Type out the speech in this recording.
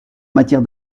matière